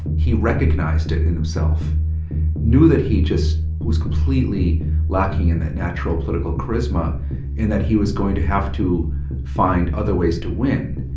he recognized it in himself knew that he just was completely lacking in that natural political charisma and that he was going to have to find other ways to win